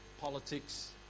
politics